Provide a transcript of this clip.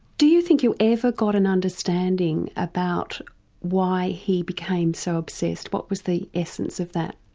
do you think you've ever got an understanding about why he became so obsessed, what was the essence of that?